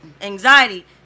Anxiety